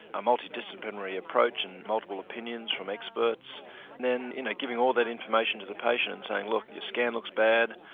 a multi-disciplinary approach and multiple opinions from experts then you know giving all that information to the patient and saying look your scan looks bad,